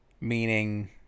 meaning